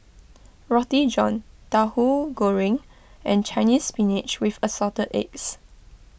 Roti John Tahu Goreng and Chinese Spinach with Assorted Eggs